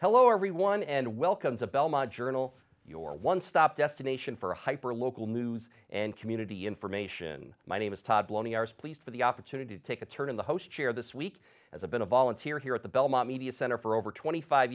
hello everyone and welcome to belmont journal your one stop destination for hyper local news and community information my name is todd lonely hours please for the opportunity to take a turn in the host chair this week as i've been a volunteer here at the belmont media center for over twenty five